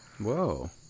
Whoa